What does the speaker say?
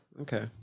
Okay